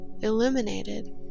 illuminated